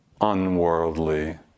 unworldly